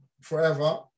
forever